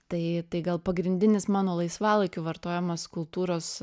tai tai gal pagrindinis mano laisvalaikiu vartojamas kultūros